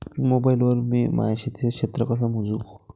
Mobile वर मी माया शेतीचं क्षेत्र कस मोजू?